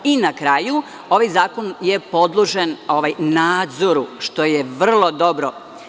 I, na kraju, ovaj zakon je podložan nadzoru, što je vrlo dobro.